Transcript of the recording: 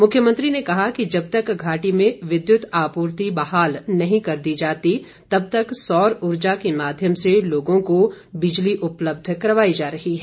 मुख्यमंत्री ने कहा कि जब तक घाटी में विद्युत आपूर्ति बहाल नही कर दी जाती तब तक सौर उर्जा के माध्यम से लोगों को बिजली उपलब्ध करवाई जा रही है